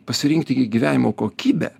pasirinkti gyvenimo kokybę